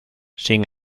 sin